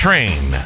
Train